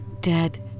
dead